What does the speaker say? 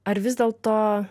ar vis dėlto